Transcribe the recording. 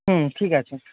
হুম ঠিক আছে